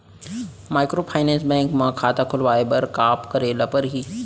Microfinance bank म खाता खोलवाय बर का करे ल परही?